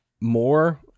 more